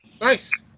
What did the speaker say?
Nice